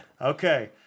Okay